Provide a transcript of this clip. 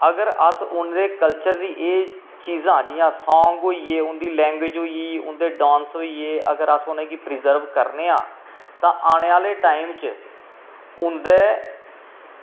अगर अस उंदे कल्चर दी एह् चीज़ां जियां सांग होईये उंदी लैंग्वेज़ होई उंदे डांस होईये अगर अस उनेंगी प्रजर्व करनें आं तां आने आह्ले टाईम च उंदै